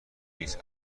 نیست